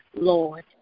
Lord